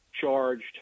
charged